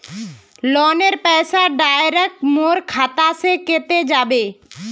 लोनेर पैसा डायरक मोर खाता से कते जाबे?